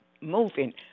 moving